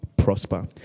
prosper